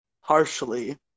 harshly